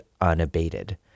unabated